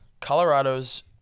Colorado's